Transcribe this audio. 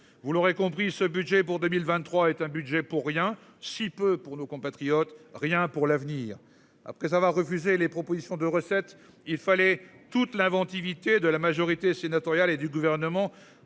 Vous l'aurez compris ce budget pour 2023 est un budget pour rien si peu pour nos compatriotes rien pour l'avenir. Après ça va refuser les propositions de recettes il fallait toute l'inventivité de la majorité sénatoriale et du gouvernement